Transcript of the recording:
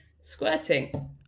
squirting